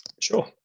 Sure